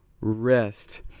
rest